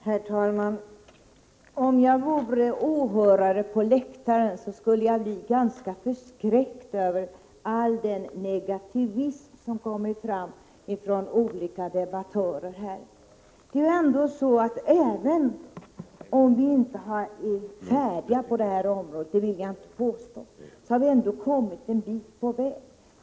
Herr talman! Om jag vore åhörare på läktaren skulle jag bli ganska förskräckt över all den negativism som kommer fram hos olika debattörer här. Även om vi inte är färdiga på detta område — det vill jag inte påstå — har vi ändå kommit en bit på väg.